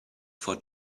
for